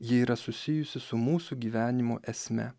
ji yra susijusi su mūsų gyvenimo esme